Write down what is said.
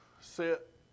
sit